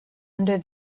under